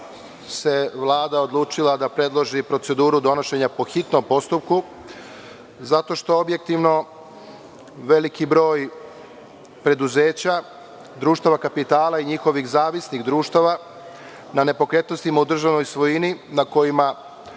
se Vlada odlučila da predloži proceduru donošenja po hitnom postupku? Zato što objektivno veliki broj preduzeća, društava kapitala i njihovih zavisnih društava na nepokretnostima u državnoj svojini, na kojima